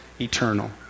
eternal